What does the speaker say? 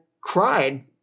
cried